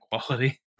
quality